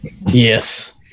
Yes